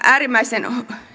äärimmäisen